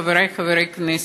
חברי חברי הכנסת,